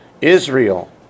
Israel